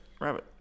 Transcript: Rabbit